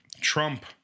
Trump—